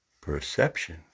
Perception